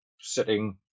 sitting